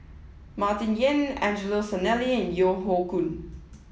Martin Yan Angelo Sanelli and Yeo Hoe Koon